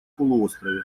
полуострове